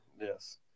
Yes